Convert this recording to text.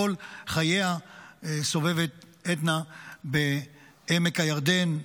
כל חייה סובבת עדנה בעמק הירדן,